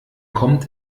kommt